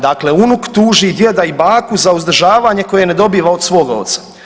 Dakle, unuk tuži djeda i baku za za uzdržavanje koje ne dobiva od svoga oca.